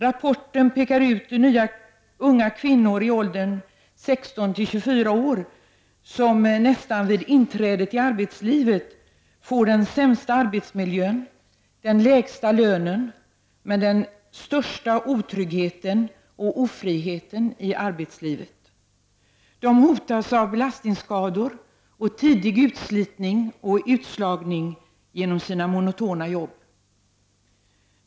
Rapporten pekar ut unga kvinnor i åldrarna 16—24 år som vid inträdet i arbetslivet får den sämsta arbetsmiljön och den lägsta lönen samt den största otryggheten och ofriheten i arbetslivet. De hotas av belastningsskador, tidig utslitning och utslagning genom sina monotona jobb.